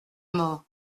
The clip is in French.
mort